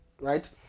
Right